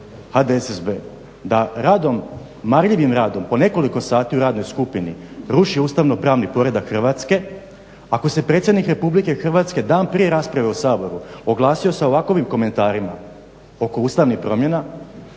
HDSSB da radom, marljivim radom po nekoliko sati u radnoj skupini, ruši ustavno-pravni poredak Hrvatske, ako se predsjednik RH dan prije rasprave u Saboru oglasio sa ovakvim komentarima oko ustavnih promjena